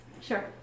sure